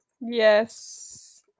yes